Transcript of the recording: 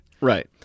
right